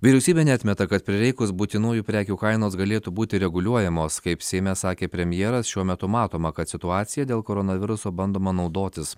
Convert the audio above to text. vyriausybė neatmeta kad prireikus būtinųjų prekių kainos galėtų būti reguliuojamos kaip seime sakė premjeras šiuo metu matoma kad situacija dėl koronaviruso bandoma naudotis